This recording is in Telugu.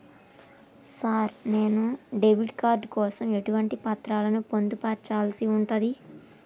సార్ నేను డెబిట్ కార్డు కోసం ఎటువంటి పత్రాలను పొందుపర్చాల్సి ఉంటది?